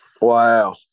Wow